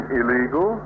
illegal